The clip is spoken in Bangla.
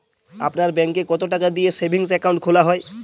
আপনার ব্যাংকে কতো টাকা দিয়ে সেভিংস অ্যাকাউন্ট খোলা হয়?